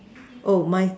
oh my